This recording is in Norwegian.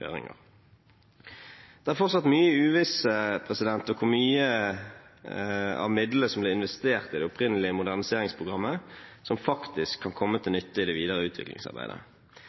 høringer. Det er fortsatt mye uvisse om hvor mye av midlene som ble investert i det opprinnelige moderniseringsprogrammet, som faktisk kan komme til nytte i det videre utviklingsarbeidet.